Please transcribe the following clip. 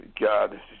God